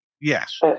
Yes